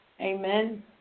amen